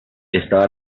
estaba